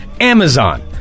Amazon